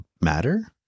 matter